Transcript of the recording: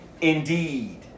indeed